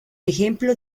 ejemplo